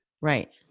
Right